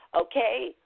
Okay